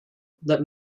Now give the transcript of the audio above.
that